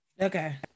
Okay